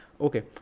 okay